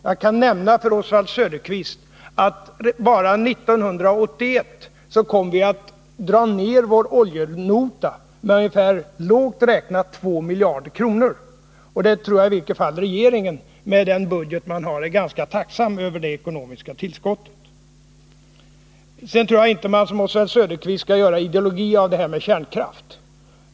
Jag kan nämna för Oswald Söderqvist att bara 1981 kommer vi att dra ner oljenotan med lågt räknat 2 miljarder kronor, och jag tror att i varje fall regeringen, Nr 32 med den budget man har, är ganska tacksam över det ekonomiska Måndagen den tillskottet. 24 november 1980 Sedan tror jag inte att man, som Oswald Söderqvist, skall göra ideologi av det här med kärnkraft.